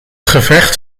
gevecht